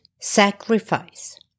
sacrifice